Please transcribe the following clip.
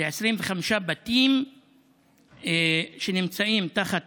ל-25 בתים שנמצאים תחת